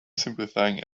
simplifying